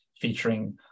featuring